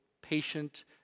patient